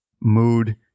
mood